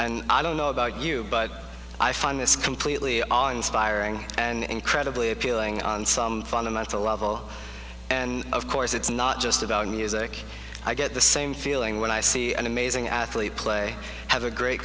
and i don't know about you but i find this completely on firing and incredibly appealing on some fundamental level and of course it's not just about music i get the same feeling when i see an amazing athlete play have a great